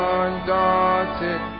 undaunted